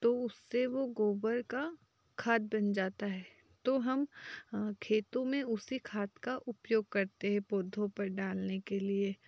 तो उससे वो गोबर का खाद बन जाता है तो हम खेतों में उसी खाद का उपयोग करते हैं पौधों पर डालने के लिए